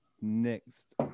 next